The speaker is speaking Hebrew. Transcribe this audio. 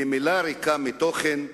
למלה ריקה מתוכן,